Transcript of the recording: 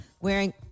wearing